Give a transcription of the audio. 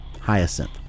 Hyacinth